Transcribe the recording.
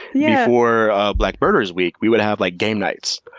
yeah before black birder's week we would have like game nights.